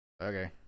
Okay